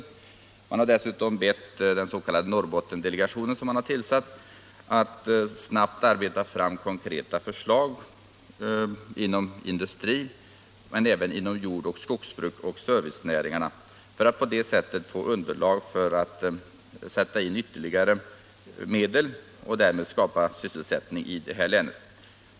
Regeringen har dessutom bett den tillsatta Norrbottendelegationen att snabbt arbeta fram konkreta förslag inom industrin men även inom jordoch skogsbruket samt servicenäringarna för att på det sättet få underlag för att sätta in ytterligare medel och därmed skapa sysselsättning i detta län.